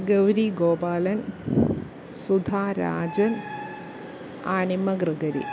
Gauri Gopalan Sudha Rajan Animma Gregory